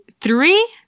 three